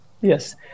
Yes